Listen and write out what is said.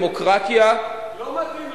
העיקרון בדמוקרטיה, לא מתאים לך.